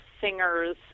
singers